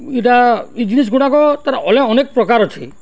ଇଟା ଇ ଜିନିଷ୍ ଗୁଡ଼ାକ ତା'ର ଅଲେ ଅନେକ ପ୍ରକାର ଅଛି